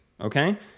okay